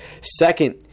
second